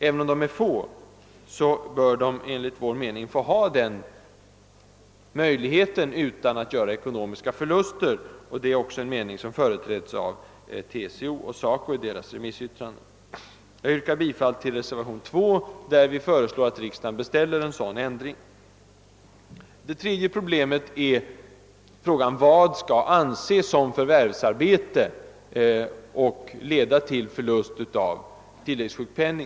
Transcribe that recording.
Även om de är få, bör de enligt vår mening ha samma möjlighet utan att göra ekonomiska förluster. Det är också en mening som företräds av TCO och SACO i deras remissyttranden. Jag ber att få yrka bifall till reservation II, där vi föreslår att riksdagen beställer en sådan ändring. Det tredje problemet, är vad, som skall anses som förvärvsarbete och leda till förlust av tilläggssjukpenning.